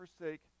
forsake